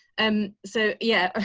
um so yeah,